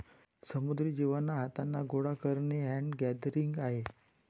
समुद्री जीवांना हाथाने गोडा करणे हैंड गैदरिंग आहे